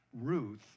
Ruth